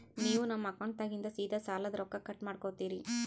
ನೀವು ನಮ್ಮ ಅಕೌಂಟದಾಗಿಂದ ಸೀದಾ ಸಾಲದ ರೊಕ್ಕ ಕಟ್ ಮಾಡ್ಕೋತೀರಿ?